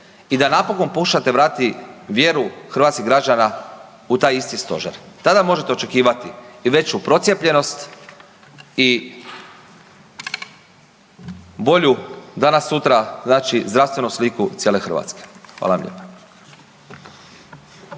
i da napokon pokušate vratiti vjeru hrvatskih građana u taj isti stožer, tada možete očekivati i veću procijepljenost i bolju danas sutra znači zdravstvenu sliku cijele Hrvatske. Hvala vam lijepa.